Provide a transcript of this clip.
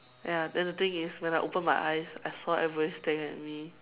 ya then the thing is when I open my eyes I saw everybody staring at me